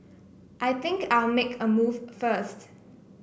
I think I'll make a move first